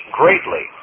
greatly